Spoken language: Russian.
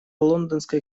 лондонской